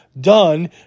done